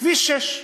כביש 6,